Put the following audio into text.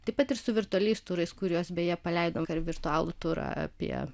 taip pat ir su virtualiais turais kuriuos beje paleidom per virtualų turą apie